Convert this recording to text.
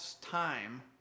time